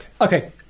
Okay